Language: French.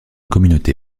communauté